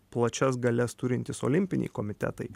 plačias galias turintys olimpiniai komitetai